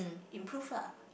improve lah